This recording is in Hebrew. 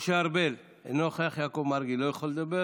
משה ארבל, אינו נוכח, יעקב מרגי, לא יכול לדבר,